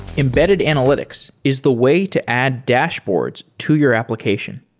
embedded analytics is the way to add dashboards to your application.